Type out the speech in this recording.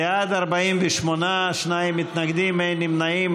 בעד, 48, שני מתנגדים, אין נמנעים.